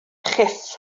chyff